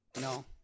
No